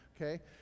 okay